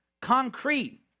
concrete